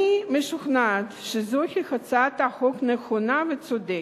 אני משוכנעת שזו הצעת חוק נכונה וצודקת,